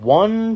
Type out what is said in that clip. one